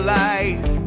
life